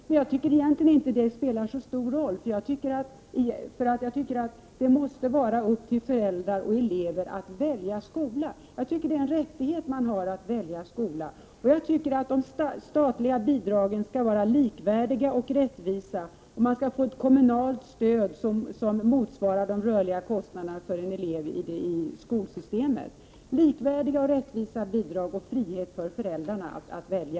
Egentligen tycker jag inte att detta spelar så stor roll, för det måste ankomma på föräldrar och elever att välja skola. Det bör vara en rättighet att kunna välja skola. De statliga bidragen bör vara likvärdiga och rättvisa, och man skall få ett kommunalt stöd som motsvarar de rörliga kostnaderna för en elev i skolsystemet. Likvärdiga och rättvisa bidrag och frihet för föräldrarna att välja!